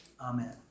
Amen